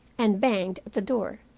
and banged at the door.